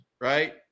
right